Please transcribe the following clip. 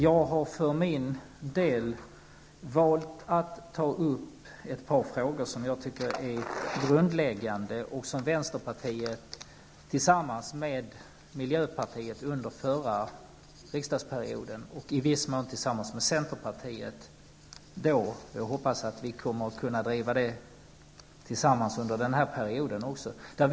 För min del har jag valt att ta upp ett par frågor som jag tycker är grundläggande och som vänsterpartiet tillsammans med miljöpartiet och i viss mån även centerpartiet tog upp under förra riksdagsperioden. Jag hoppas att vi kan fortsätta att driva frågan tillsammans med centern även under den här perioden.